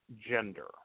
gender